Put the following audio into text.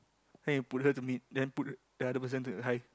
then he put her to mid then put the other person to the high